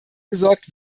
gesorgt